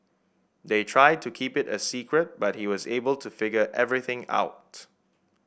they tried to keep it a secret but he was able to figure everything out